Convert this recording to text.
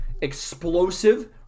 explosive